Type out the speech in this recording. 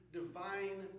divine